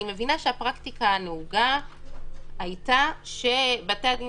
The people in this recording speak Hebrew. אני מבינה שהפרקטיקה הנהוגה הייתה שלבתי הדין